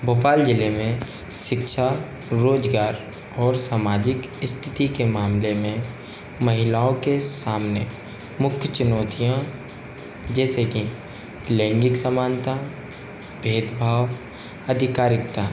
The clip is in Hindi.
भोपाल ज़िले में शिक्षा रोज़गार और सामाजिक स्थिति के मामले में महिलाओं के सामने मुख्य चुनौतियाँ जैसे कि लैंगिक समानता भेदभाव अधिकारिकता